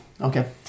Okay